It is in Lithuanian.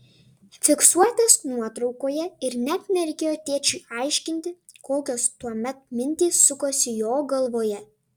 fiksuotas nuotraukoje ir net nereikėjo tėčiui aiškinti kokios tuomet mintys sukosi jo galvoje